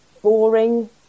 boring